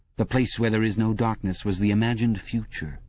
the place where there is no darkness was the imagined future,